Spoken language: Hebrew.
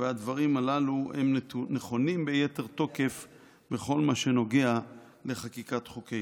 והדברים הללו הם נכונים ביתר תוקף לכל מה שנוגע לחקיקת חוקי-יסוד.